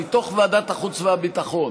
מתוך ועדת החוץ והביטחון,